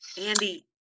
Andy